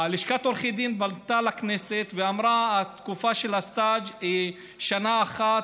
לשכת עורכי הדין פנתה לכנסת ואמרה: התקופה של הסטאז' שנה אחת.